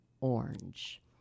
Orange